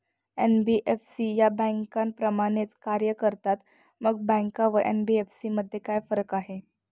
NBFC या बँकांप्रमाणेच कार्य करतात, मग बँका व एन.बी.एफ.सी मध्ये काय फरक आहे?